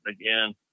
again